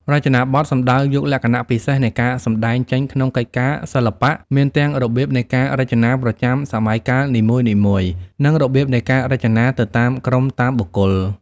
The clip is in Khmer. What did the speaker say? រចនាបថ សំដៅយកលក្ខណៈពិសេសនៃការសម្តែងចេញក្នុងកិច្ចការ សិល្បៈ មានទាំងរបៀបនៃការរចនាប្រចាំសម័យកាលនីមួយៗ និងរបៀបនៃការរចនាទៅតាមក្រុមតាមបុគ្គល។